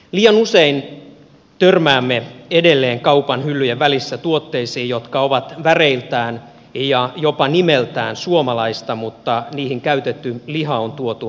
liian usein törmäämme edelleen kaupanhyllyjen välissä tuotteisiin jotka ovat väreiltään ja jopa nimeltään suomalaista mutta joihin käytetty liha on tuotu jostain ulkomailta